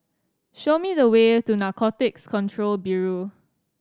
show me the way to Narcotics Control Bureau